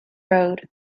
road